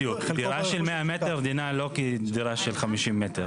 בדיוק, דירה של 100 מטר דינה לא כדירה של 50 מטר.